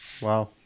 Wow